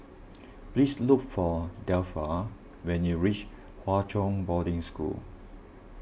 please look for Delpha when you reach Hwa Chong Boarding School